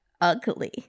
ugly